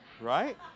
Right